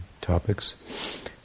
topics